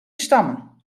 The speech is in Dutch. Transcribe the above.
stammen